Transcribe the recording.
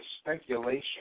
speculation